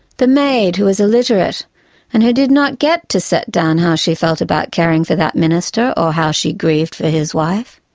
the maid who was illiterate and who did not get to set down how she felt about caring for that minister, how she grieved for his wife.